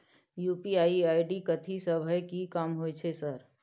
UPI ID कथि सब हय कि काम होय छय सर?